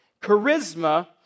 Charisma